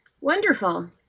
Wonderful